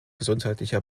gesundheitlicher